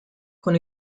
con